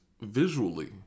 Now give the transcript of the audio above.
visually